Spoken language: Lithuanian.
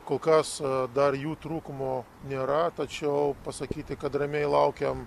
kol kas dar jų trūkumo nėra tačiau pasakyti kad ramiai laukiam